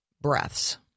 breaths